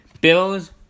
Bills